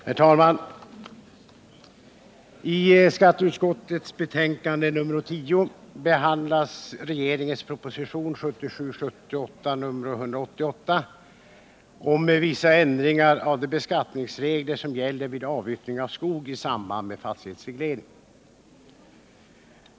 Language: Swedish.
Herr talman! I skatteutskottets betänkande nr 10 behandlas regeringens proposition 1977/78:188 om vissa ändringar av de beskattningsregler som gäller vid avyttring av skog i samband med fastighetsreglering.